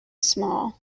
small